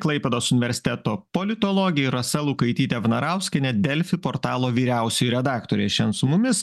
klaipėdos universiteto politologė ir rasa lukaitytė vnarauskienė delfi portalo vyriausioji redaktorė šian su mumis